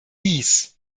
dies